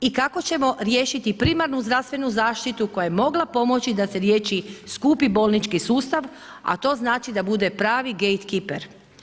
I kako ćemo riješiti primarnu zdravstvenu zaštitu koja je mogla pomoći da se riješi skupi bolnički sustav, a to znači da bude pravi gejt kiper.